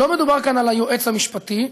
לא מדובר כאן על היועץ המשפטי,